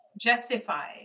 justify